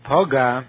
Poga